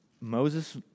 Moses